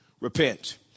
repent